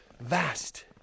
Vast